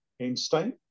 Einstein